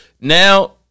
now